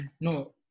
No